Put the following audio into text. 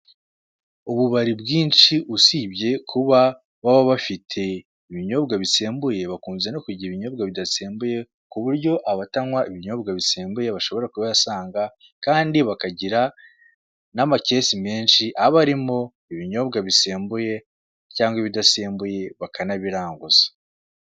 Ububari bwinshi usibye kuba baba bafite ibinyobwa bisembuye bakunze no kugira ibinyobwa bidasembuye kuburyo abatanywa ibinyobwa bisembuye bashobora kubihasanga, Kandi bakagira n'amakesi menshi aba arimo ibinyobwa bisembuye cyangwa ibidasembuye bakanabiranguza.